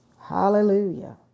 Hallelujah